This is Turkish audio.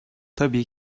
tabii